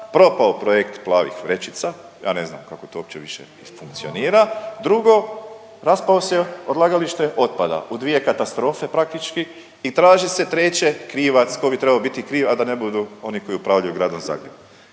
propao projekt plavih vrećica, ja ne znam kako to uopće i funkcionira. Drugo, raspalo se odlagalište otpada u dvije katastrofe praktički i traži se treće krivac, tko bi trebao biti kriv a da ne budu oni koji upravljaju gradom Zagrebom.